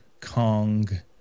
Kong